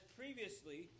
previously